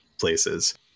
places